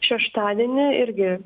šeštadienį irgi